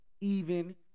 even-